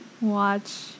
watch